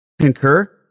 Concur